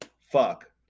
fuck